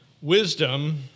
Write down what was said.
Wisdom